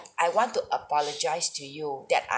I want to apologise to you that I